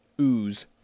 ooze